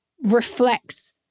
reflects